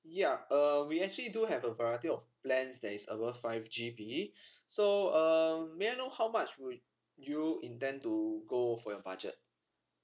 ya uh we actually do have a variety of plans that is above five G B so uh may I know how much would you intend to go for your budget